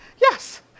Yes